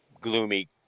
gloomy